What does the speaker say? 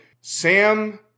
Sam